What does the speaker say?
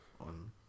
on